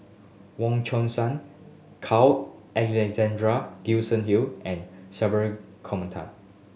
Wong Chong San Carl Alexander Gibson Hill and Gopinathan